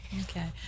Okay